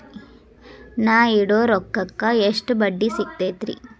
ನಾ ಇಡೋ ರೊಕ್ಕಕ್ ಎಷ್ಟ ಬಡ್ಡಿ ಸಿಕ್ತೈತ್ರಿ?